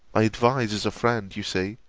i advise as a friend, you see,